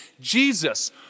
Jesus